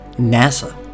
NASA